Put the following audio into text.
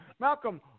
Malcolm